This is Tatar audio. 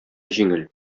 җиңел